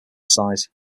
size